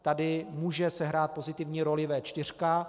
Tady může sehrát pozitivní roli V4.